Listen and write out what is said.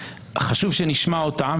חשוב שנשמע אותם.